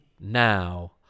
now